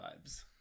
vibes